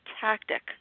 tactic